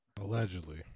Allegedly